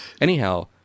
Anyhow